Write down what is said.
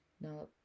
No